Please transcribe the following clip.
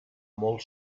molt